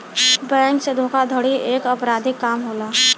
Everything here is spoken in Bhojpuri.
बैंक से धोखाधड़ी एक अपराधिक काम होला